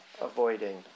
avoiding